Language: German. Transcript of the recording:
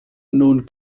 nun